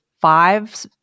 five